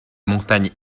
montagne